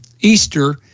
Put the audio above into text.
Easter